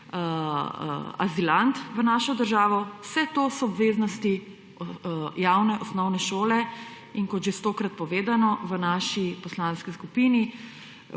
azilant v našo državo. Vse to so obveznosti javne osnovne šole. In kot že stokrat povedano, v naši poslanski skupini